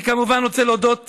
אני כמובן רוצה להודות